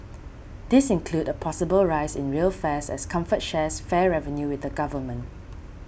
these include a possible rise in rail fares as Comfort shares fare revenue with the government